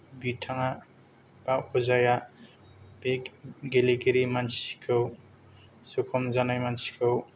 बिथाङा बा अजाया बे गेलेगिरि मानसिखौ जखम जानाय मानसिखौ